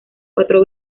cuatro